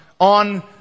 on